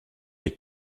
est